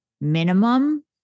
minimum